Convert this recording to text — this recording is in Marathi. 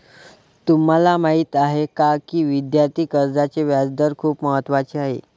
तुम्हाला माहीत आहे का की विद्यार्थी कर्जाचे व्याजदर खूप महत्त्वाचे आहेत?